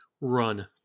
run